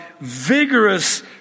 vigorous